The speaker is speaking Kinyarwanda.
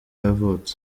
yavutse